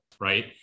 right